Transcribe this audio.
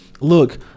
look